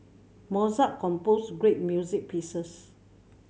Mozart composed great music pieces